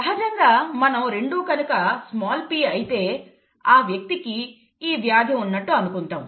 సహజంగా మనం రెండూ కనుక స్మాల్ p అయితే ఆ వ్యక్తికి ఈ వ్యాధి ఉన్నట్టు అనుకుంటాం